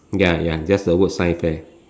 ya ya just the word science fair